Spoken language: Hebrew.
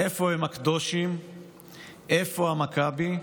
/ איפה הם הקדושים, / איפה המכבי?